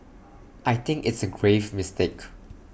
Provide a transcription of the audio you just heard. I think it's A grave mistake